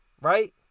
right